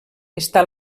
està